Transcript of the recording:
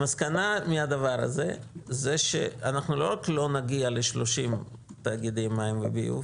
המסקנה מהדבר הזה זה שאנחנו לא רק לא נגיע ל-30 תאגידי מים וביוב